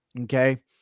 Okay